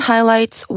Highlights